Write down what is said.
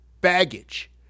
baggage